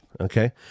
Okay